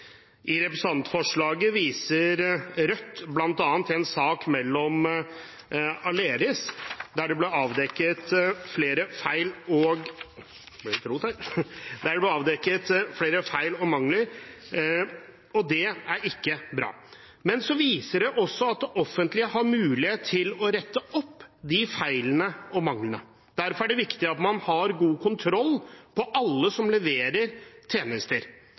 I representantforslaget viser Rødt bl.a. til en sak med Aleris, der det ble avdekket flere feil og mangler, og det er ikke bra. Men det viser også at det offentlige har mulighet til å rette opp de feilene og manglene. Derfor er det viktig at man har god kontroll på alle som leverer tjenester.